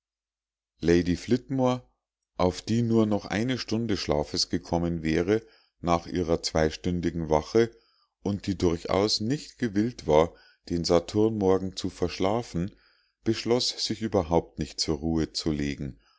lady flitmore auf die nur noch eine stunde schlafes gekommen wäre nach ihrer zweistündigen wache und die durchaus nicht gewillt war den saturnmorgen zu verschlafen beschloß sich überhaupt nicht zur ruhe zu legen